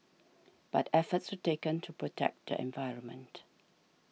but efforts were taken to protect the environment